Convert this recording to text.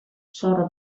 zor